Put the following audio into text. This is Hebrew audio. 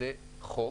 זה חוק